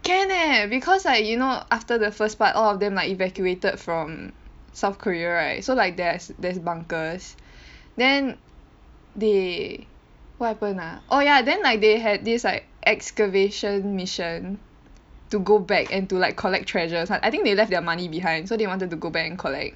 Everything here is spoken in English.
can eh cause like you know after the first part all of them are evacuated from South Korea right so like there's there's bunkers then they what happen ah oh ya then like they had this like excavation mission to go back and to like collect treasures I I think they left their money behind so they wanted to go back and collect